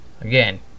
again